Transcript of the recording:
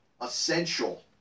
essential